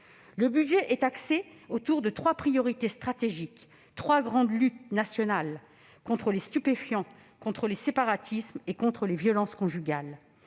Le budget est axé autour de trois priorités stratégiques, qui correspondent à trois grandes luttes nationales : contre les stupéfiants, contre les séparatismes et contre les violences conjugales.